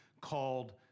called